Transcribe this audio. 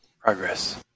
progress